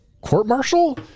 court-martial